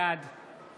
בעד